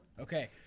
Okay